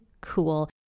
cool